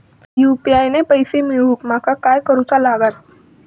UPI ने पैशे मिळवूक माका काय करूचा लागात?